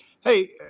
Hey